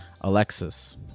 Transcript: Alexis